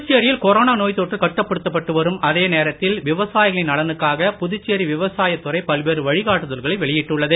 புதுச்சேரியில் கொரோனா நோய் தொற்று கட்டுப்படுத்தப்பட்டு வரும் அதே நேரத்தில் விவசாயிகளின் நலனுக்காக புதுச்சேரி விவசாய துறை பல்வேறு வழிகாட்டுதல்களை வெளியிட்டுள்ளது